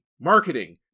marketing